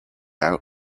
out